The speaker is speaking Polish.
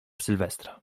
sylwestra